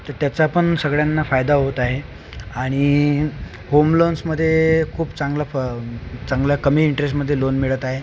त त्याचापण सगळ्यांना फायदा होत आहे आणि होम लोन्समध्ये खूप चांगला फ चांगल्या कमी इंटरेस्टमध्ये लोन मिळत आहे